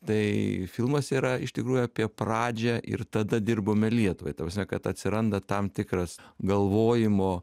tai filmas yra iš tikrųjų apie pradžią ir tada dirbome lietuvai ta prasme kad atsiranda tam tikras galvojimo